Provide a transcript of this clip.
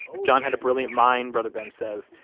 john had a brilliant mind, brother ben says.